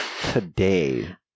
Today